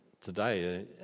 today